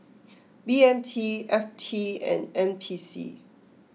B M T F T and N P C